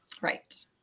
Right